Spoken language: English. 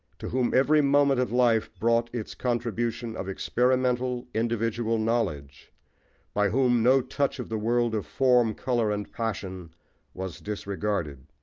to whom every moment of life brought its contribution of experimental, individual knowledge by whom no touch of the world of form, colour, and passion was disregarded.